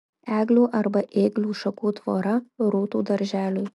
eglių arba ėglių šakų tvora rūtų darželiui